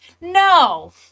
No